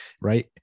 right